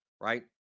right